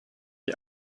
die